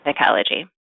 psychology